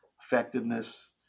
effectiveness